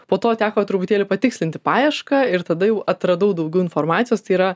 po to teko truputėlį patikslinti paiešką ir tada jau atradau daugiau informacijos tai yra